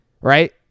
Right